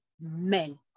men